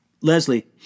Leslie